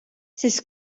siis